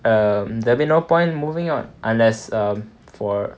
um there'll be no point moving on unless um for